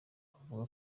bavuga